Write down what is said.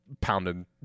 pounding